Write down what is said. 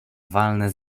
walne